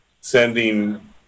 sending